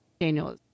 daniel